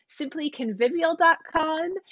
simplyconvivial.com